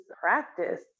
practice